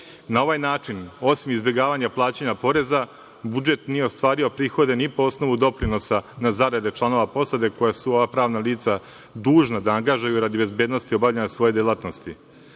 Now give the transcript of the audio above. Na ovaj način, osim izbegavanja plaćanja poreza, budžet nije ostvario prihode ni po osnovu doprinosa na zarade članova posade koja su ova pravna lica dužna da angažuju radi bezbednosti obavljanja svoje delatnosti. Danas